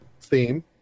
theme